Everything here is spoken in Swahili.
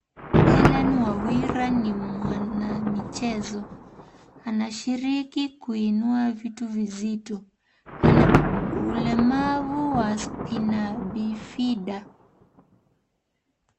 Hellen Wawira ni mwanamchezo. Anashiriki kuinua vitu vizito. Ana ulemavu wa Spina Bifida .